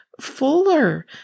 fuller